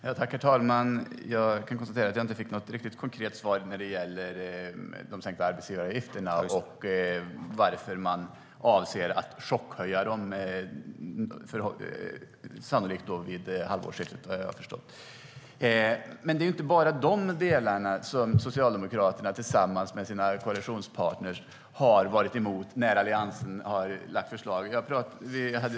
Herr talman! Jag kan konstatera att jag inte fick något konkret svar när det gäller de sänkta arbetsgivaravgifterna och varför man, vad jag har förstått, avser att chockhöja dem vid halvårsskiftet. Det är dock inte bara de delarna som Socialdemokraterna tillsammans med sina koalitionspartner har varit emot när Alliansen har lagt fram förslag.